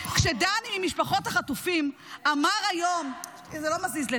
וכשדני ממשפחות חטופים אמר היום ------ זה לא מזיז לי.